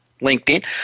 LinkedIn